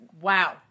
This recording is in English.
wow